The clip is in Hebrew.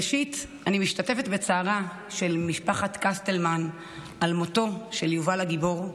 ראשית אני משתתפת בצערה של משפחת קסטלמן על מותו של יובל הגיבור,